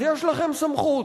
אז יש לכם סמכות.